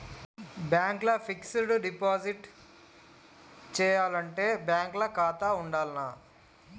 Bank ల fixed deposit చేయాలంటే bank ల ఖాతా ఉండాల్నా?